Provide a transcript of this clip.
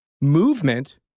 Movement